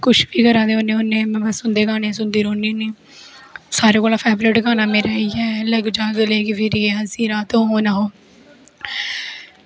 कुश बी करा दे होनें होने बस उंदे गानें सुनदे रौह्ने होने सारें कोला फैवरट गाना मेरा इयै लग जा गले कि फिर यह हंसी रात हो ना हो